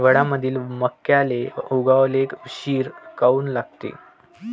हिवाळ्यामंदी मक्याले उगवाले उशीर काऊन लागते?